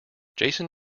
jason